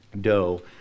dough